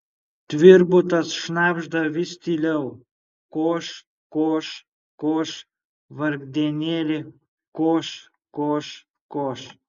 tvirbutas šnabžda vis tyliau koš koš koš vargdienėli koš koš koš